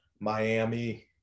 Miami